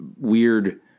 weird